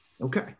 Okay